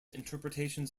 interpretations